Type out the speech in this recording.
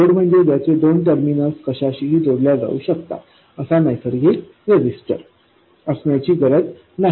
load म्हणजे ज्याचे दोन टर्मिनल्स कशाशीही जोडल्या जाऊ शकतात असा नैसर्गिक रेजिस्टर असण्याची गरज नाही